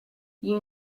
you